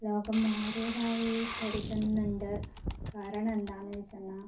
ലോകം മാറിയതായി കരുതുന്നുണ്ട് കാരണം എന്താണെന്ന് ചോദിച്ച് വന്നാൽ